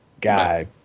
guy